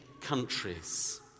countries